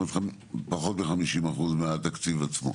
פחות מ-50% מהתקציב עצמו.